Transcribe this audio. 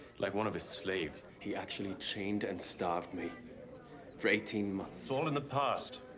like one of his slaves. he actually chained and starved me for eighteen so in the past.